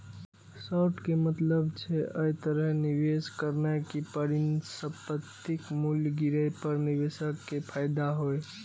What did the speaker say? short के मतलब छै, अय तरहे निवेश करनाय कि परिसंपत्तिक मूल्य गिरे पर निवेशक कें फायदा होइ